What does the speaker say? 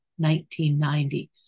1990